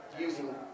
using